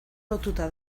lotuta